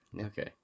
Okay